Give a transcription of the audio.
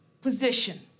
position